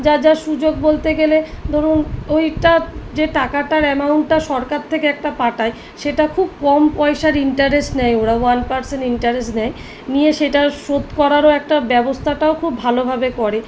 যা যা সুযোগ বলতে গেলে ধরুন ওইটা যে টাকাটার অ্যামাউন্টটা সরকার থেকে একটা পাঠায় সেটা খুব কম পয়সার ইন্টারেস্ট নেয় ওরা ওয়ান পারসেন্ট ইন্টারেস্ট নেয় নিয়ে সেটা শোধ করারও একটা ব্যবস্থাটাও খুব ভালোভাবে করে